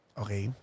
okay